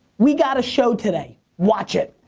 we got a show today. watch it.